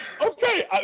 okay